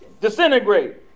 disintegrate